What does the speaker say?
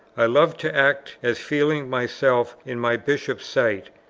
i loved to act as feeling myself in my bishop's sight,